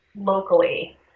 locally